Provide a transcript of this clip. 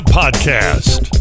podcast